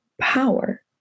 power